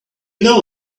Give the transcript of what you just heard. know